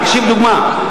תקשיב לדוגמה.